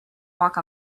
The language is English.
walk